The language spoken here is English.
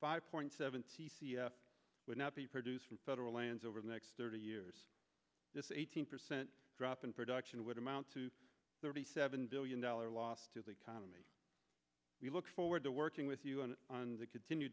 five point seven would not be produce from federal lands over the next thirty years this eighteen percent drop in production would amount to thirty seven billion dollars loss to the economy we look forward to working with you and on the continue